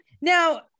now